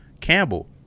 Campbell